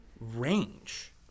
range